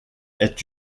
est